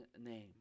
name